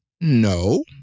No